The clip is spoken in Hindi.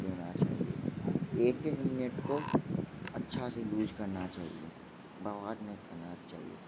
देना चाहिए एक एक मिनट को अच्छा से यूज करना चाहिए बर्बाद नहीं करना चहिए